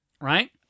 Right